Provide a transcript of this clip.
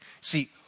See